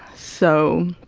so,